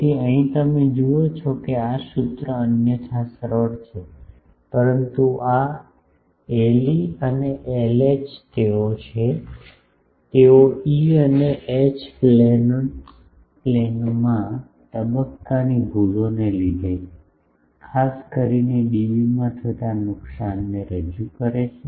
તેથી અહીં તમે જુઓ છો કે આ સૂત્ર અન્યથા સરળ છે પરંતુ આ Le અને Lh તેઓ છે તેઓ ઇ અને એચ પ્લેનોમાં તબક્કાની ભૂલોને લીધે ખાસ કરીને ડીબીમાં થતા નુકસાનને રજૂ કરે છે